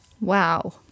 wow